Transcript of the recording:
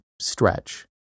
stretch